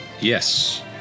yes